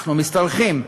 אנחנו משתרכים,